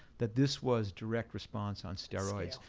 that this was direct response on steroids.